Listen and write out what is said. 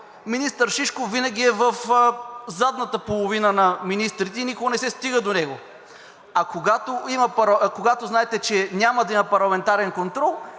министър Шишков винаги е в задната половина на министрите и никога не се стига до него. А когато знаете, че няма да има парламентарен контрол,